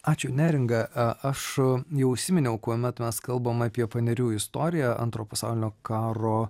ačiū neringa e aš jau užsiminiau kuomet mes kalbam apie panerių istoriją antro pasaulinio karo